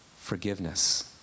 forgiveness